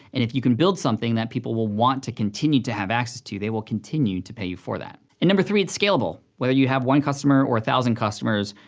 and if you can build something that people will want to continue to have access to, they will continue to pay you for that. and number three, it's scalable. whether you have one customer, or one thousand customers,